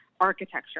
architecture